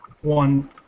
one